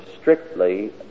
strictly